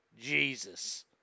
Jesus